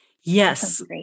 Yes